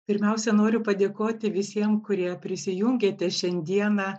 pirmiausia noriu padėkoti visiem kurie prisijungėte šiandieną